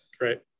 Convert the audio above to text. Right